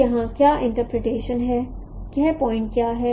तो यहाँ क्या इंटरप्रिटेशन है यह पॉइंट क्या है